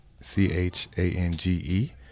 C-H-A-N-G-E